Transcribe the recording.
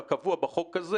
כקבוע בחוק הזה